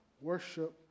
worship